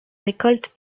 récoltes